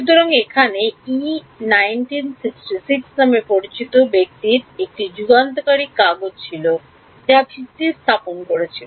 সুতরাং এখানে Yee 1966 নামে পরিচিত ব্যক্তির একটি যুগান্তকারী কাগজ ছিল যা ভিত্তি স্থাপন করেছিল